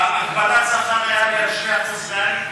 הגבלת שכר ריאלי על 2% ריאלי,